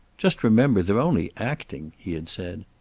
just remember, they're only acting, he had said.